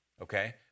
Okay